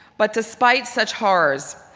but despite such horrors,